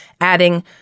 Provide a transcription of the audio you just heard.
adding